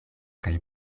kaj